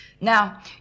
Now